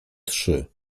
trzy